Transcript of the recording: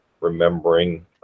remembering